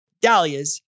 Dahlias